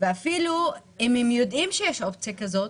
ואפילו אם הם יודעים שיש אופציה כזאת,